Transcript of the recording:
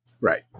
Right